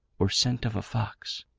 or scent of a fox.